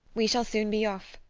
we shall soon be off.